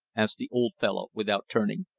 asked the old fellow without turning.